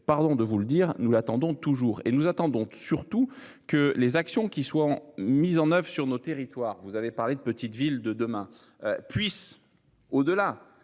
pardon de vous le dire, nous l'attendons toujours et nous attendons surtout que les actions qui soient mises en oeuvre sur notre territoire. Vous avez parlé de Petites Villes de demain. Puisse au delà